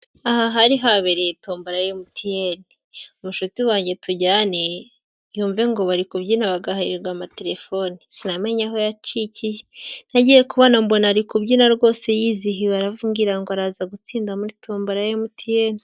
Aha hari habereye tombora MTN mushuti wanjye tujyane, yumve ngo bari kubyina bagahembwa amatelefoni, sinamenye aho yacikiye nagiye kubona mbona ari kubyina rwose yizihiwe, arambwira ngo araza gutsinda muri tombora ya MTN.